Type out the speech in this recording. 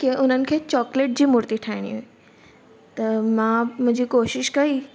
की हुननि खे चॉकलेट जी मूर्ती ठाहिणी हुई त मां मुंहिंजी कोशिशि कई